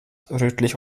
rötlich